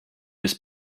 his